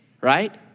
right